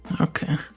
Okay